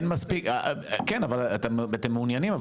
אתם מעוניינים,